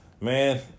man